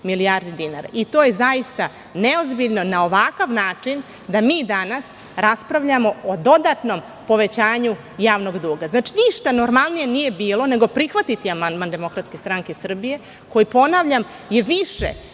je zaista neozbiljno za ovakav način da mi danas raspravljamo o dodatnom povećanju javnog duga. Znači, ništa normalnije nije bilo nego prihvatit amandman DSS, koji ponavljam, je više